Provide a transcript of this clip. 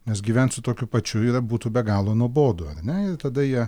nes gyvent su tokiu pačiu yra būtų be galo nuobodu ar ne ir tada jie